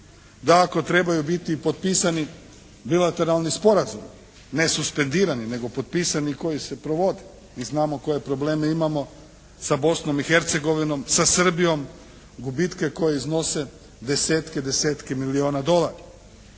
Dakako, trebaju biti potpisani bilateralni sporazumi, ne suspendirani nego potpisani koji se provode. Mi znamo koje probleme imamo sa Bosnom i Hercegovinom, sa Srbijom, gubitke koji iznose desetke i desetke milijuna dolara.